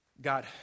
God